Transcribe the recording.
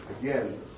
again